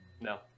No